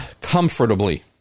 comfortably